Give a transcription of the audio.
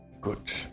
good